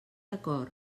acord